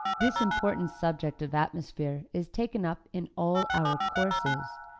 this important subject of atmosphere is taken up in all our courses,